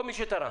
לכל מי שתרם.